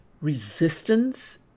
Resistance